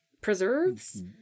preserves